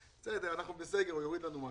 בסדר, אנחנו בסגר, הוא יוריד לנו משהו...